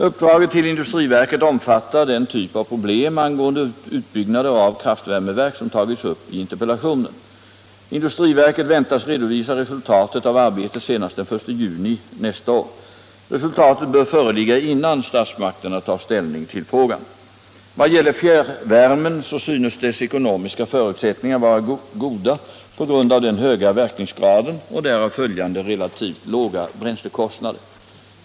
Uppdraget till industriverket omfattar den typ av problem angående utbyggnader av kraftvärmeverk som tagits upp i interpellationen. Industriverket väntas redovisa resultatet av arbetet senast den 1 juni nästa år. Resultatet bör föreligga innan statsmakterna tar ställning till frågan. Vad gäller fjärrvärmen synes dess ekonomiska förutsättningar vara goda på grund av den höga verkningsgraden och därav följande relativt låga bränslekostnader.